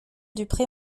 dupré